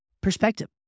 perspective